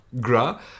Gra